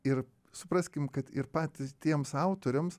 ir supraskim kad ir patys tiems autoriams